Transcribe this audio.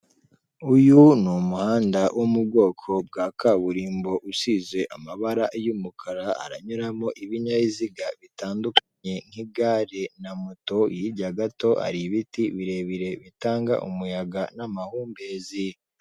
Uyu ni umuhanda wo mu bwoko bwa kaburimbo usize amabara y'umukara aranyuramo ibinyabiziga bitandukanye nk'igare na moto, hirya gato hari ibiti birebire bitanga umuyaga n'amahumbezi.